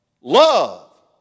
love